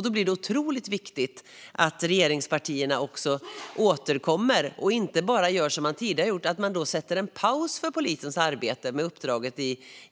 Då blir det otroligt viktigt att regeringspartierna återkommer och inte bara gör som tidigare och sätter en paus för polisens arbete med uppdraget